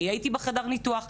מי יהיה אתי בחדר הניתוח.